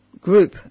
group